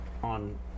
on